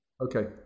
Okay